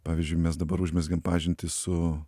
pavyzdžiui mes dabar užmezgėm pažintį su